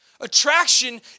Attraction